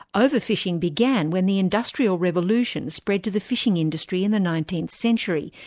over-fishing began when the industrial revolution spread to the fishing industry in the nineteenth century,